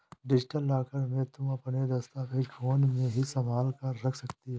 digital locker में तुम अपने दस्तावेज फोन में ही संभाल कर रख सकती हो